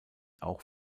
auch